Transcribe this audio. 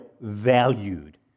valued